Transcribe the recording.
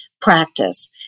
practice